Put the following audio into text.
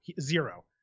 Zero